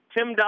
Tim